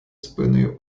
спиною